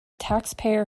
taxpayer